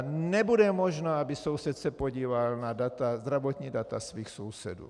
Nebude možné, aby soused se podíval na zdravotní data svých sousedů.